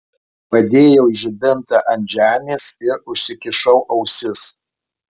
padėjau žibintą ant žemės ir užsikišau ausis